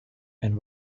and